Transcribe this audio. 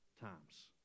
times